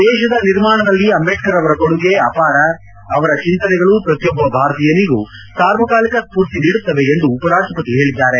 ದೇಶದ ನಿರ್ಮಾಣದಲ್ಲಿ ಅಂಬೇಡ್ಕರ್ ಅವರ ಕೊಡುಗೆ ಅವರ ಚಿಂತನೆಗಳು ಪ್ರತಿಯೊಬ್ಬ ಭಾರತೀಯನಿಗೂ ಸಾರ್ವಕಾಲಿಕ ಸ್ಪೂರ್ತಿ ನೀಡುತ್ತವೆ ಎಂದು ಉಪರಾಷ್ಷಪತಿ ಹೇಳಿದ್ದಾರೆ